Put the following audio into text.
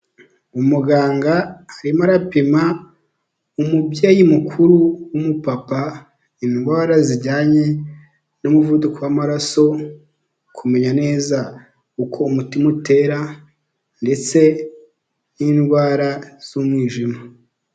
Umuganga arimo arapima umubyeyi mukuru w'umupapa, indwara zijyanye n'umuvuduko w'amaraso kumenya neza uko umutima utera ndetse n'indwara z'umwijima.